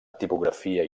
tipografia